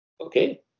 Okay